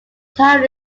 tower